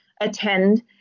attend